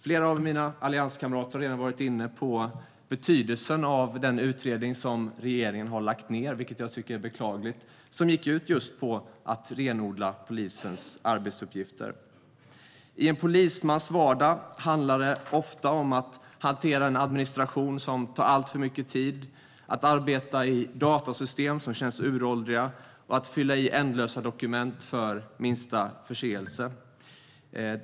Flera av mina allianskamrater har redan varit inne på betydelsen av den utredning som regeringen - vilket jag tycker är beklagligt - har lagt ned. Den gick ut på att just renodla polisens arbetsuppgifter. I en polismans vardag handlar det ofta om att hantera en administration som tar alltför mycket tid, att arbeta i datasystem som känns uråldriga och att fylla i ändlösa dokument för minsta förseelse.